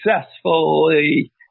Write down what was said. successfully